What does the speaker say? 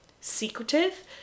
secretive